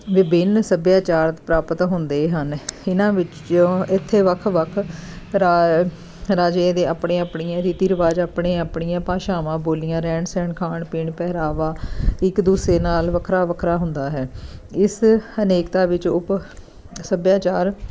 ਵਿਭਿੰਨ ਸੱਭਿਆਚਾਰ ਪ੍ਰਾਪਤ ਹੁੰਦੇ ਹਨ ਇਹਨਾਂ ਵਿੱਚੋਂ ਇੱਥੇ ਵੱਖ ਵੱਖ ਰਾ ਰਾਜਿਆਂ ਦੇ ਆਪਣੇ ਆਪਣੀਆਂ ਰੀਤੀ ਰਿਵਾਜ਼ ਆਪਣੇ ਆਪਣੀਆਂ ਭਾਸ਼ਾਵਾਂ ਬੋਲੀਆਂ ਰਹਿਣ ਸਹਿਣ ਖਾਣ ਪੀਣ ਪਹਿਰਾਵਾ ਇੱਕ ਦੂਸਰੇ ਨਾਲ ਵੱਖਰਾ ਵੱਖਰਾ ਹੁੰਦਾ ਹੈ ਇਸ ਅਨੇਕਤਾ ਵਿੱਚ ਉਪ ਸੱਭਿਆਚਾਰ